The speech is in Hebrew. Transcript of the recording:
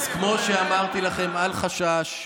אז כמו שאמרתי לכם, אל חשש,